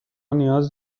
نیاز